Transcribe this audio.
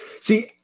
See